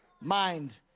mind